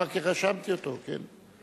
ברכה, רשמתי אותו, כן.